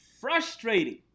frustrating